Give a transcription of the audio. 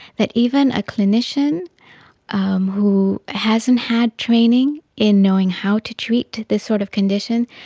that even a clinician um who hasn't had training in knowing how to treat this sort of condition,